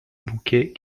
bouquet